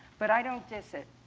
but i don't diss it.